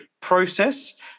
process